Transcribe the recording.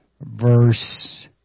verse